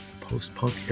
post-punk